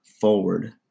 forward